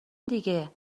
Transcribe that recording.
دیگه